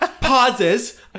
pauses